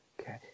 Okay